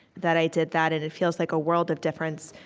that i did that, and it feels like a world of difference.